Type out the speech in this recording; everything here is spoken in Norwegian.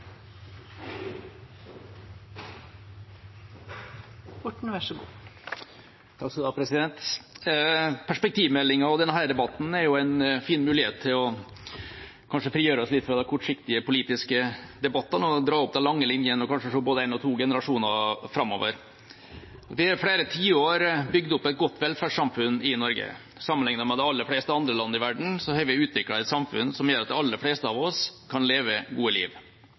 en fin mulighet til å frigjøre oss litt fra de kortsiktige politiske debattene, dra opp de lange linjene og kanskje se både en og to generasjoner framover. Vi har i flere tiår bygd opp et godt velferdssamfunn i Norge. Sammenlignet med de aller fleste andre land i verden har vi utviklet et samfunn som gjør at de aller fleste av oss kan leve et godt liv.